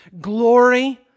glory